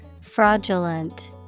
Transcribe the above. Fraudulent